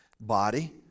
body